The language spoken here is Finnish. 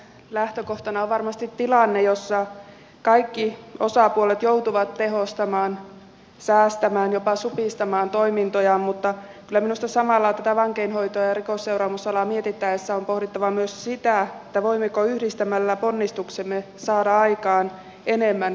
lähtökohtana on varmasti tilanne jossa kaikki osapuolet joutuvat tehostamaan säästämään jopa supistamaan toimintojaan mutta kyllä minusta samalla tätä vankeinhoitoa ja rikosseuraamusalaa mietittäessä on pohdittava myös sitä voimmeko yhdistämällä ponnistuksemme saada aikaan enemmän vähemmällä